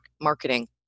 marketing